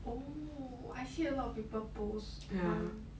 oh I see a lot of people post that [one]